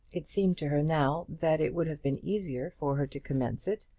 it seemed to her now that it would have been easier for her to commence it,